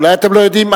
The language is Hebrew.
אולי אתם לא יודעים,